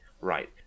Right